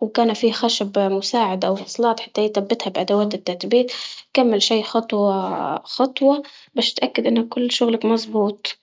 وإن كان في خشب مساعد أو وصلات حتى يتبتها بأدوات تتبيت كمل شي خطوة خطوة باش تتاكد إن كل شغلك مزبوط.